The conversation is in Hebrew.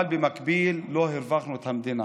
אבל במקביל לא הרווחנו את המדינה.